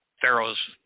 Pharaoh's